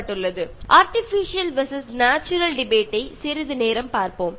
പ്രകൃതിദത്തവും മനുഷ്യനിർമ്മിതവുമായ ചുറ്റുപാടുകളെ കുറിച്ചുള്ള വാദം ശ്രദ്ധിക്കാം